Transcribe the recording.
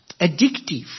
addictive